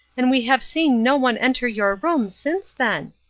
and we have seen no one enter your room since then.